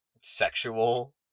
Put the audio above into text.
sexual